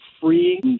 free